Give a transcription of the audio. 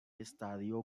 estadio